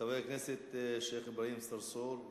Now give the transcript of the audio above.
חבר הכנסת השיח' אברהים צרצור.